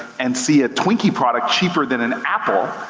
and see a twinkie product cheaper than an apple,